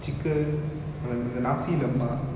chicken uh uh nasi lemak